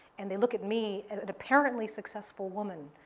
and they look at me, and an apparently successful woman,